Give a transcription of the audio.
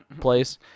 place